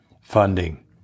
funding